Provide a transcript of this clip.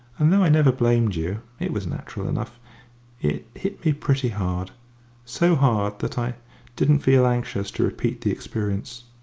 and though i never blamed you it was natural enough it hit me pretty hard so hard that i didn't feel anxious to repeat the experience.